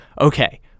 Okay